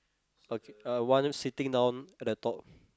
okay uh one sitting down at the top